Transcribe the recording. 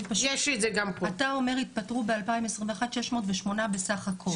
פשוט אתה אומר התפטרו ב-2021 608 בסך הכל.